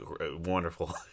wonderful